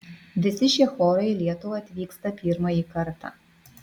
visi šie chorai į lietuvą atvyksta pirmąjį kartą